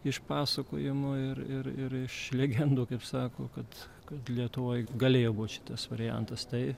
iš pasakojimų ir ir ir iš legendų kaip sako kad kad lietuvoj galėjo būt šitas variantas tai